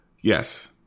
Yes